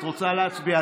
את רוצה להצביע?